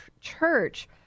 church